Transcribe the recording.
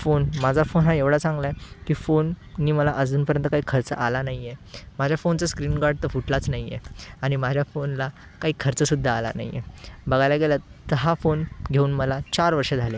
phone माझा phone हा एवढा चांगला आहे की फोनने मला अजूनपर्यंत काही खर्च आला नाही आहे माझ्या फोनचं स्क्रीनगार्ड तर फुटलाच नाही आहे आणि माझ्या फोनला काही खर्चसुद्धा आला नाही आहे बघायला गेलं तर हा फोन घेऊन मला चार वर्ष झाले